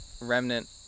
remnant